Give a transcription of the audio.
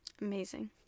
amazing